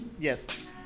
Yes